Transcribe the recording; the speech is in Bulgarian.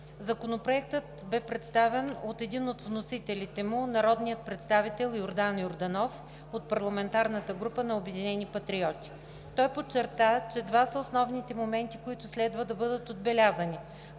Законопроектът бе представен от един от вносителите му – народния представител Йордан Йорданов от парламентарната група на „Обединени патриоти“. Той подчерта, че два са основните моменти, които следва да бъдат отбелязани.